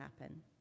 happen